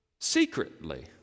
secretly